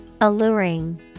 Alluring